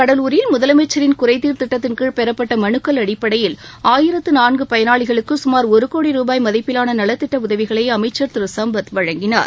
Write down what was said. கடலூரில் முதலமைச்சின் குறைத்தீர் திட்டத்தின் கீழ் பெறப்பட்ட மனுக்கள் அடிப்படையில் ஆயிரத்து நான்கு பயனாளிகளுக்கு கமார் ஒரு கோடி ரூபாய் மதிப்பிவான நலத்திட்ட உதவிகளை அமைச்சர் திரு சம்பத் வழங்கினார்